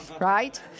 Right